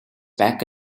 back